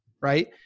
right